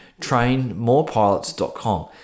trainmorepilots.com